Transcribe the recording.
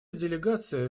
делегация